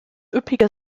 üppige